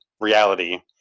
reality